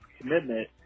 commitment